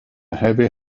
heavy